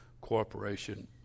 cooperation